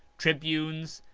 tribunes,